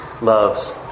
loves